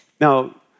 Now